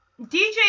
DJ